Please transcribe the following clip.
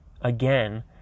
again